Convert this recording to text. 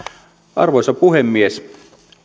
arvoisa puhemies